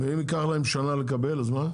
ואם ייקח להם שנה לקבל אז מה?